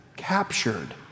Captured